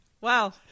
Wow